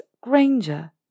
Granger